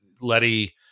Letty